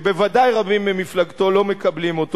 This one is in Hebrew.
שבוודאי רבים במפלגתו לא מקבלים,